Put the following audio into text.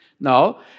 No